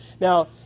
Now